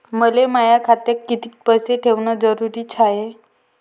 मले माया खात्यात कितीक पैसे ठेवण जरुरीच हाय?